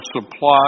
supply